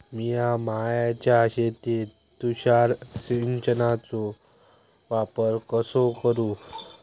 मिया माळ्याच्या शेतीत तुषार सिंचनचो वापर कसो करू?